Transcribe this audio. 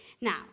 Now